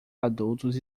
adultos